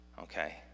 okay